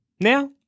Now